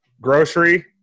grocery